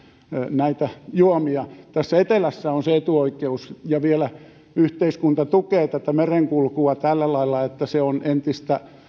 näitä juomia täällä etelässä on se etuoikeus ja vielä yhteiskunta tukee tätä merenkulkua tällä lailla että se on entistä